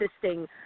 assisting